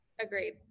Agreed